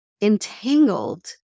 entangled